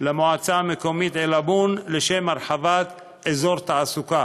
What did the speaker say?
למועצה המקומית עילבון, לשם הרחבת אזור תעסוקה,